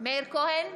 מאיר כהן,